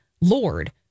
Lord